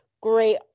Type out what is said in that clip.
great